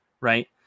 Right